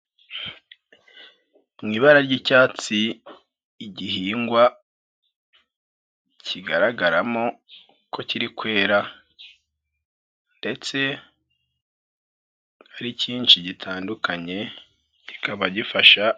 Mu ibara ry'icyatsi igihingwa kigaragaramo ko kiri kwera, ndetse ari kinshi gitandukanye kikaba gifasha.